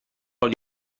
koniu